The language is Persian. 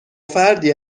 فردی